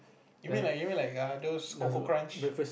you mean like you mean like err those Koko-Krunch